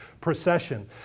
procession